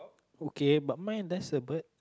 okay but mine there's a bird